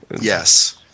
Yes